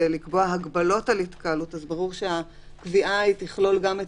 לקבוע הגבלות על התקהלות ברור שהקביעה תכלול גם את